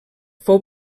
fou